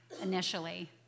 initially